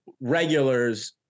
regulars